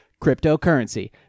cryptocurrency